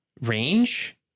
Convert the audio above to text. range